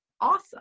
Awesome